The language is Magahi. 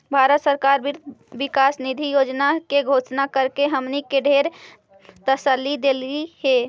भारत सरकार वित्त विकास निधि योजना के घोषणा करके हमनी के ढेर तसल्ली देलई हे